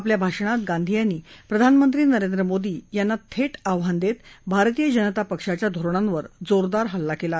आपल्या भाषणात गांधी यांनी प्रधानमंत्री नरेंद्र मोदी यांना थेट आव्हान देत भारतीय जनता पक्षाच्या धोरणांवर जोरदार हल्ला केला